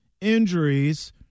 injuries